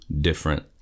different